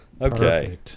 Okay